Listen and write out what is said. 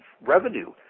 revenue